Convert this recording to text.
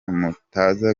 mutanga